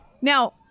now